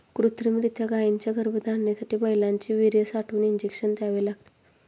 कृत्रिमरीत्या गायींच्या गर्भधारणेसाठी बैलांचे वीर्य साठवून इंजेक्शन द्यावे लागते